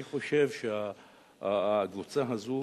אני חושב שהקבוצה הזו